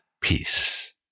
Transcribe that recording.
peace